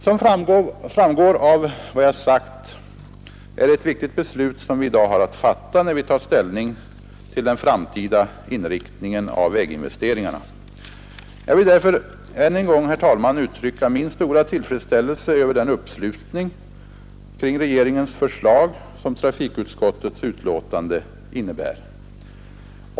Som framgår av vad jag sagt är det ett viktigt beslut som vi i dag har att fatta, när vi tar ställning till den framtida inriktningen av väginvesteringarna. Jag vill därför än en gång, herr talman, uttrycka min stora tillfredsställelse över den uppslutning kring regeringens förslag som trafikutskottets betänkande innebär.